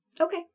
Okay